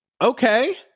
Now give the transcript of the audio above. okay